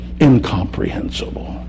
incomprehensible